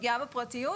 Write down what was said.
פגיעה בפרטיות,